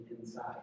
inside